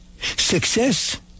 Success